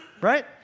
Right